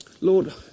Lord